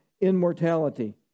immortality